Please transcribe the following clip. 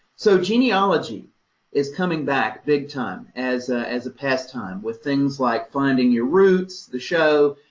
so genealogy is coming back bigtime as as a pastime, with things like finding your roots, the show,